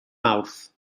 mawrth